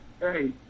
Hey